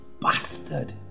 Bastard